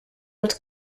els